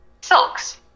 silks